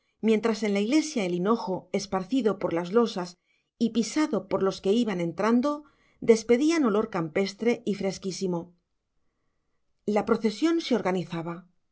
mientras en la iglesia el hinojo esparcido por las losas y pisado por los que iban entrando despedía olor campestre y fresquísimo la procesión se organizaba